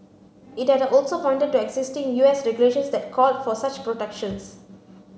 it had also pointed to existing U S regulations that call for such protections